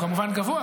-- הוא כמובן גבוה,